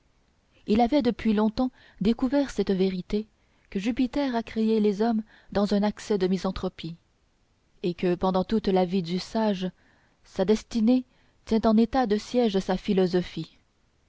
il avait depuis longtemps découvert cette vérité que jupiter a créé les hommes dans un accès de misanthropie et que pendant toute la vie du sage sa destinée tient en état de siège sa philosophie